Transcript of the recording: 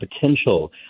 potential